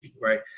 right